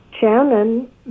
Shannon